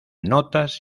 notas